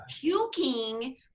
puking